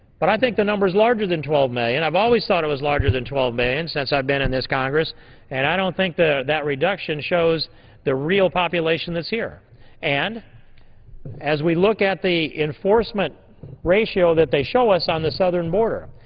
but i think the number is larger than twelve million. i always thought it was larger than twelve million since i've been in this congress and i don't think that reduction shows the real population that's here and as we look at the enforcement ratio that they show us on the southern border.